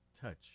touch